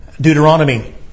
Deuteronomy